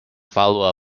follow